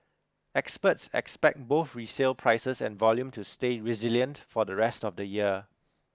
experts expect both resale prices and volume to stay resilient for the rest of the year